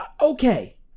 okay